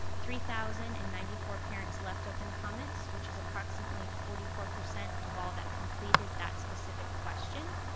three thousand and ninety four parents left open comments, which is approximately forty four percent of all that completed that specific question.